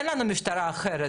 אין לנו משטרה אחרת.